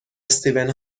استیون